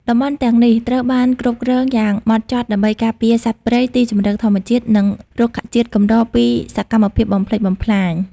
តំបន់ទាំងនេះត្រូវបានគ្រប់គ្រងយ៉ាងម៉ត់ចត់ដើម្បីការពារសត្វព្រៃ ទីជម្រកធម្មជាតិ និងរុក្ខជាតិកម្រពីសកម្មភាពបំផ្លិចបំផ្លាញ។